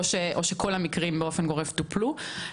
או שכל המקרים באופן גורף טופלו.